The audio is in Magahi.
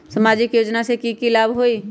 सामाजिक योजना से की की लाभ होई?